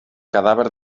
cadàver